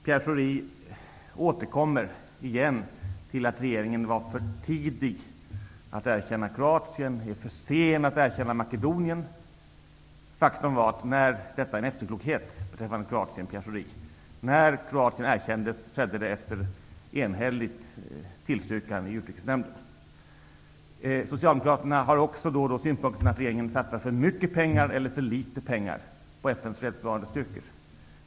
Pierre Schori återkommer igen till att regeringen var för tidig med att erkänna Kroatien och för sen med att erkänna Makedonien. Faktum är, Pierre Schori, att det är efterklokhet när det gäller Kroatien. Kroatien erkändes efter enhälligt tillstyrkande i Utrikesnämnden. Socialdemokraterna har också synpunkter på att regeringen satsar antingen för mycket eller för litet pengar på FN:s fredsbevarande styrkor.